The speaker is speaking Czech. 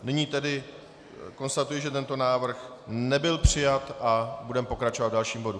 Nyní konstatuji, že tento návrh nebyl přijat, a budeme pokračovat v dalším bodu.